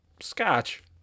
scotch